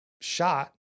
shot